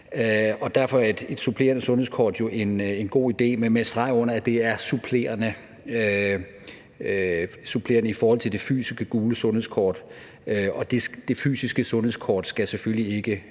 derfor er et supplerende sundhedskort jo en god idé, men med streg under, at det er supplerende i forhold til det fysiske gule sundhedskort, og det fysiske sundhedskort skal selvfølgelig ikke